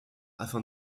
afin